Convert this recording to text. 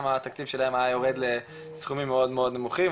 התקציב שלהם היה יורד לסכומים מאוד נמוכים,